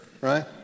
right